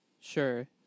Sure